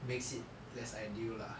makes it less ideal lah